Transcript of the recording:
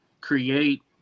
create